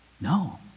No